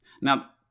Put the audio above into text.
Now